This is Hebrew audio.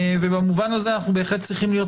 ובמובן הזה אנחנו בהחלט צריכים להיות